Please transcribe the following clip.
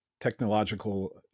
technological